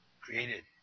created